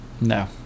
No